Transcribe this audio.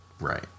Right